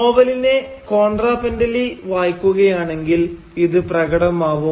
നോവലിനെ കോൺട്രാപ്ന്റലി വായിക്കുകയാണെങ്കിൽ ഇത് പ്രകടമാവും